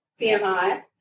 BMI